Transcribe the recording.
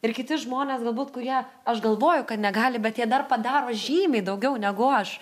ir kiti žmonės galbūt kurie aš galvoju kad negali bet jie dar padaro žymiai daugiau negu aš